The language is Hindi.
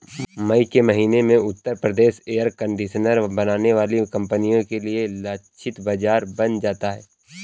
मई के महीने में उत्तर प्रदेश एयर कंडीशनर बनाने वाली कंपनियों के लिए लक्षित बाजार बन जाता है